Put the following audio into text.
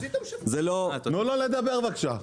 תנו לו לדבר, בבקשה.